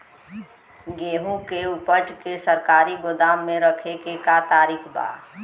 गेहूँ के ऊपज के सरकारी गोदाम मे रखे के का तरीका बा?